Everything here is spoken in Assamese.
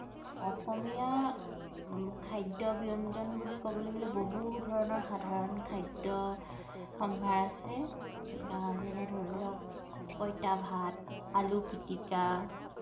অসমীয়া খাদ্য ব্যঞ্জন বুলি ক'বলৈ গ'লে বহুত ধৰণৰ সাধাৰণ খাদ্য সম্ভাৰ আছে যেনে ধৰি লওক পইতা ভাত আলু পিতিকা